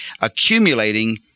accumulating